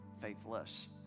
faithless